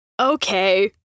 okay